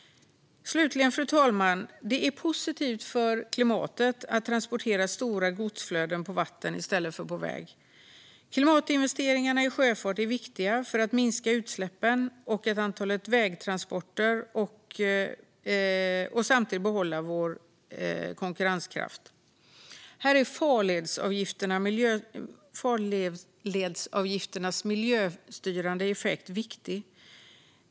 Slutligen, fru talman, är det positivt för klimatet att transportera stora godsflöden på vatten i stället för på väg. Klimatinvesteringar i sjöfart är viktiga för att minska utsläppen och antalet vägtransporter och samtidigt behålla vår konkurrenskraft. Farledsavgifternas miljöstyrande effekt är här viktig.